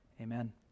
Amen